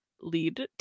lead